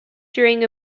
during